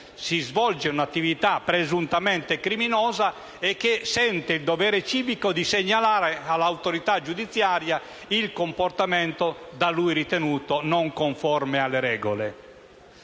si svolge un'attività che si presume criminosa, il quale sente il dovere civico di segnalare all'attività giudiziaria il comportamento da lui ritenuto non conforme alle regole.